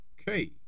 Okay